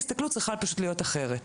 ההסתכלות צריכה פשוט להיות אחרת.